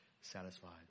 satisfied